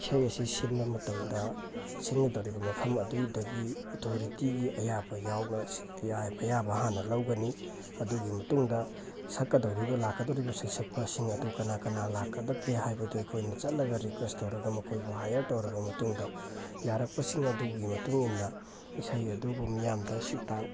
ꯏꯁꯩ ꯑꯁꯤ ꯁꯤꯟꯕ ꯃꯇꯝꯗ ꯁꯤꯟꯒꯗꯧꯔꯤꯕ ꯃꯐꯝ ꯑꯗꯨꯗꯒꯤ ꯑꯣꯊꯣꯔꯤꯇꯤꯒꯤ ꯑꯌꯥꯕ ꯌꯥꯎꯅ ꯑꯌꯥꯕ ꯍꯥꯟꯅ ꯂꯧꯒꯅꯤ ꯑꯗꯨꯒꯤ ꯃꯇꯨꯡꯗ ꯁꯛꯀꯗꯧꯔꯤꯕ ꯂꯥꯛꯀꯗꯧꯔꯤꯕ ꯁꯩꯁꯛꯄꯁꯤꯡ ꯑꯗꯨ ꯀꯅꯥ ꯀꯅꯥ ꯂꯥꯛꯀꯗꯒꯦ ꯍꯥꯏꯕꯗꯨ ꯑꯩꯈꯣꯏꯅ ꯆꯠꯂꯒ ꯔꯤꯀ꯭ꯋꯦꯁ ꯇꯧꯔꯒ ꯃꯈꯣꯏꯕꯨ ꯍꯥꯏꯌꯔ ꯇꯧꯔꯕ ꯃꯇꯨꯡꯗ ꯌꯥꯔꯛꯄꯁꯤꯡ ꯑꯗꯨꯒꯤ ꯃꯇꯨꯡ ꯏꯟꯅ ꯏꯁꯩ ꯑꯗꯨꯕꯨ ꯃꯤꯌꯥꯝꯗ ꯁꯤ ꯇꯥꯡ